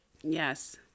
Yes